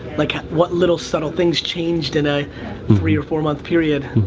like what little, subtle things changed in a three or four month period?